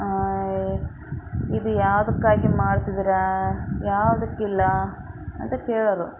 ಇದು ಯಾವುದಕ್ಕಾಗಿ ಮಾಡ್ತಿದ್ದೀರಾ ಯಾವುದಕ್ಕಿಲ್ಲ ಅಂತ ಕೇಳೋರು